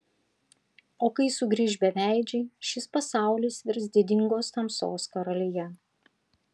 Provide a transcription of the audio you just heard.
o kai sugrįš beveidžiai šis pasaulis virs didingos tamsos karalija